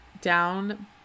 down